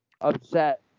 upset